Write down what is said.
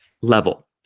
level